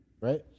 right